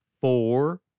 Four